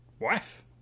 Wife